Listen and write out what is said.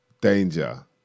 danger